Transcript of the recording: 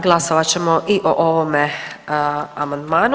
Glasovat ćemo i o ovome amandmanu.